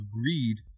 greed